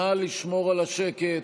נא לשמור על השקט.